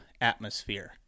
atmosphere